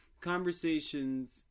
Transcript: Conversations